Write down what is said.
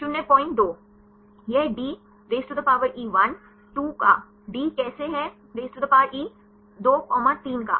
02यह DE 1 2 का Dकैसे हैE 2 3 का